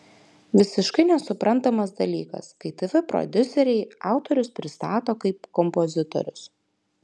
visiškai nesuprantamas dalykas kai tv prodiuseriai autorius pristato kaip kompozitorius